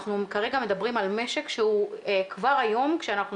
אנחנו כרגע מדברים על משק שהוא כבר היום כשאנחנו